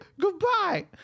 goodbye